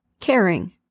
caring